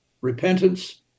repentance